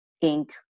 ink